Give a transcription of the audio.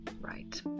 Right